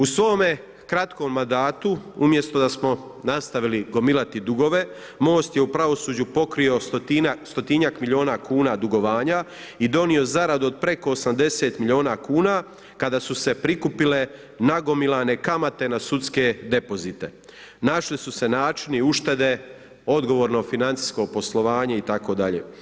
U svome kratkom mandatu, umjesto da smo nastavili gomilati dugove, MOST je u pravosuđu pokrio stotinjak milijuna kuna dugovanja i donio zaradu od preko 80 milijuna kuna kada su se prikupile nagomilane kamate na sudske depozite, našli su se načini uštede odgovornog financijskog poslovanja itd.